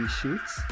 shoots